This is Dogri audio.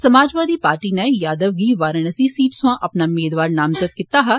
समाजवादी पार्टी नै यादव गी वाराणसी सीट सोआं अपना मेदवार नामजद कीता हा